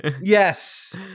Yes